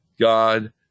God